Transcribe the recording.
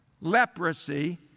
leprosy